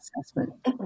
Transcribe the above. assessment